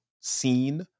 seen